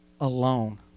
alone